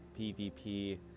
PvP